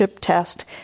test